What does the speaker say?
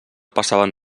passaven